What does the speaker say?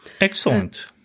Excellent